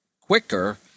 quicker